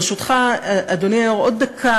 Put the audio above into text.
ברשותך, אדוני, עוד דקה.